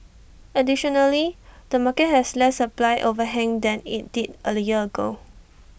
additionally the market has less supply overhang than IT did A the year ago